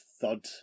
thud